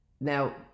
Now